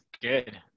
good